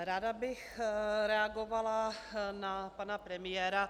Ráda bych reagovala na pana premiéra.